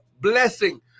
blessing